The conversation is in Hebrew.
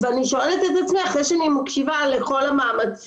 ואני שואלת את עצמי אחרי שאני מקשיבה לכל המאמצים,